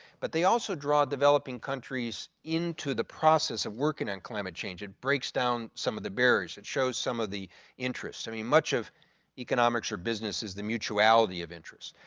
but they also draw developing countries into the process of working in climate change. it breaks down some of the barriers. it shows some of the interests. so i mean much of economics or business is the mutuality of interest.